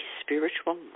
spiritual